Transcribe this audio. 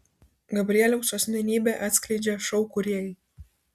gabrieliaus asmenybę atskleidžia šou kūrėjai